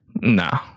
Nah